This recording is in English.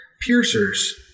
Piercers